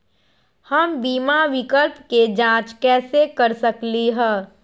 हम बीमा विकल्प के जाँच कैसे कर सकली ह?